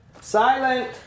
Silent